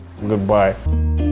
Goodbye